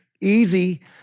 easy